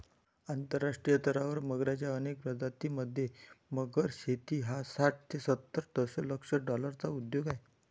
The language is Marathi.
आंतरराष्ट्रीय स्तरावर मगरच्या अनेक प्रजातीं मध्ये, मगर शेती हा साठ ते सत्तर दशलक्ष डॉलर्सचा उद्योग आहे